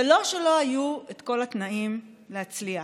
ולא שלא היו את כל התנאים להצליח: